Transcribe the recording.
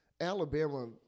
Alabama –